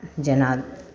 जेना